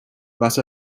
vas